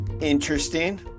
Interesting